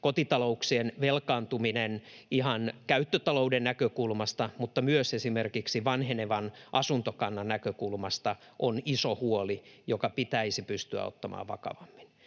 Kotitalouksien velkaantuminen, ihan käyttötalouden näkökulmasta, mutta myös esimerkiksi vanhenevan asuntokannan näkökulmasta, on iso huoli, joka pitäisi pystyä ottamaan vakavammin